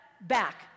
back